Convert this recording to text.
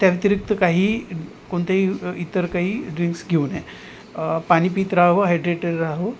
त्या व्यतिरिक्त काही कोणत्याही इतर काही ड्रिंक्स घेऊ नये पाणी पित रहावं हायड्रेटेड रहावं